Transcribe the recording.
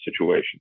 situation